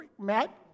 Matt